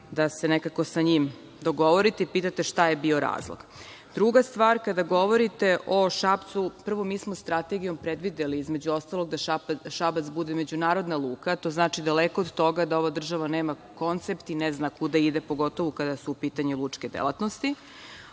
da se nekako sa njim dogovorite, pitate šta je bio razlog. Druga stvar, kada govorite o Šapcu, prvo, mi smo strategijom predvideli, između ostalog, da Šabac bude međunarodna luka, to znači daleko od toga da ova država nema koncept i ne zna kuda ide, pogotovo kada su u pitanju lučke delatnosti. Drugo,